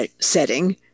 setting